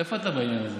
איפה אתה בעניין הזה?